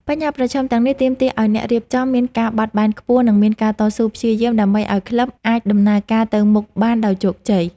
បញ្ហាប្រឈមទាំងនេះទាមទារឱ្យអ្នករៀបចំមានការបត់បែនខ្ពស់ និងមានការតស៊ូព្យាយាមដើម្បីឱ្យក្លឹបអាចដំណើរការទៅមុខបានដោយជោគជ័យ។